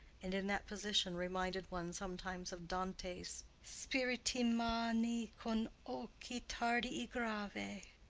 and in that position reminded one sometimes of dante's spiriti magni con occhi tardi e gravi.